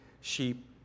sheep